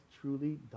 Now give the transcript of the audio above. truly